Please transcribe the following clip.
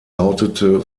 lautete